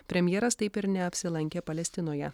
premjeras taip ir neapsilankė palestinoje